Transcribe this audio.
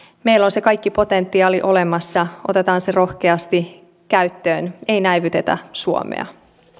meillä on se kaikki potentiaali olemassa otetaan se rohkeasti käyttöön ei näivetetä suomea